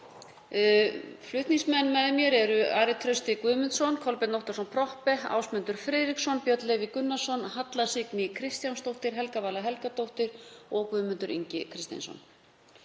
Flutningsmenn með mér eru hv. þm. Ari Trausti Guðmundsson, Kolbeinn Óttarsson Proppé, Ásmundur Friðriksson, Björn Leví Gunnarsson, Halla Signý Kristjánsdóttir, Helga Vala Helgadóttir og Guðmundur Ingi Kristinsson.